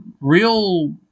real